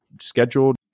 scheduled